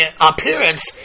appearance